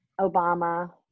Obama